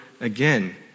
again